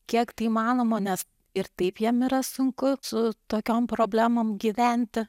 kiek tai įmanoma nes ir taip jiem yra sunku su tokiom problemom gyventi